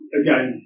again